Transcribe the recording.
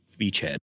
beachhead